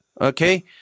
okay